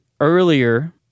earlier